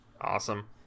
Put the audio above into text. Awesome